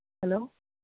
hello